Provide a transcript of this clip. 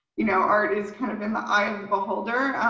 you know, art is kind of in the eye of the beholder.